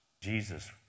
Jesus